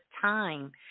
time